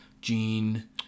gene